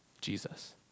Jesus